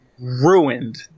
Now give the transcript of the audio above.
ruined